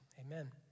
amen